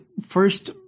first